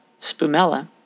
spumella